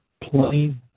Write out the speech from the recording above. plenty